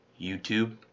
YouTube